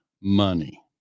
money